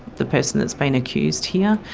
the person that's been accused here,